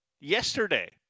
yesterday